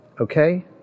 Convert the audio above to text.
okay